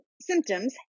symptoms